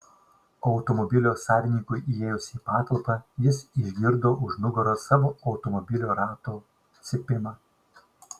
automobilio savininkui įėjus į patalpą jis išgirdo už nugaros savo automobilio ratų cypimą